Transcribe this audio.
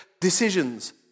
decisions